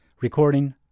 Recording